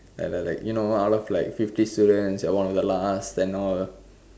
like like like you know out of like fifty students you are one of the last and all